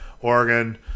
Oregon